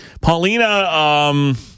Paulina